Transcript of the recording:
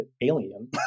alien